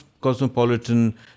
cosmopolitan